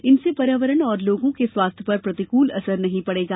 इनसे पर्यावरण और लोगों के स्वास्थ्य पर प्रतिकूल असर नहीं पड़ेगा